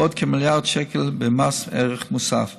ועוד כמיליארד שקל במס ערך מוסף.